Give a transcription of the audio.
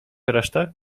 resztę